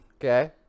Okay